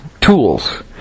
tools